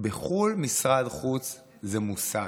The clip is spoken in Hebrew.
בחו"ל משרד חוץ זה מוסד.